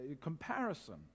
comparison